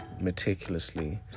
meticulously